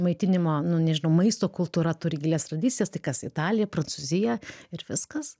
maitinimo nu nežinau maisto kultūra turi gilias tradicijas tai kas italija prancūzija ir viskas